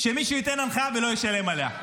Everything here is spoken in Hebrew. שמישהו ייתן הנחיה ולא ישלם עליה.